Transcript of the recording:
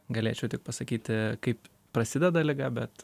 galėčiau tik pasakyti kaip prasideda liga bet